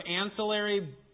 ancillary